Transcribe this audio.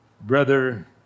Brother